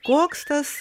koks tas